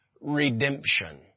redemption